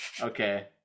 Okay